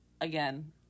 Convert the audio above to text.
again